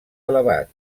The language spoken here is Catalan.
elevat